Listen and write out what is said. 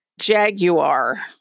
Jaguar